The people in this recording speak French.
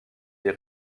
des